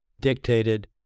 dictated